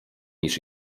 niż